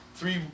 Three